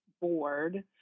board